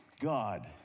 God